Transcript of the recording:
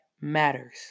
matters